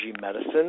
medicine